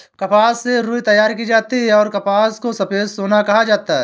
कपास से रुई तैयार की जाती हैंऔर कपास को सफेद सोना कहा जाता हैं